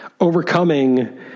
overcoming